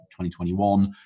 2021